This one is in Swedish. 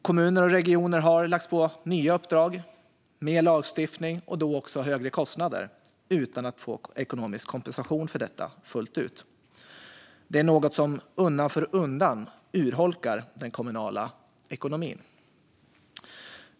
Kommuner och regioner har lagts på nya uppdrag, mer lagstiftning och då också högre kostnader utan att få ekonomisk kompensation för detta fullt ut. Det är något som undan för undan urholkar den kommunala ekonomin.